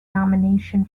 nomination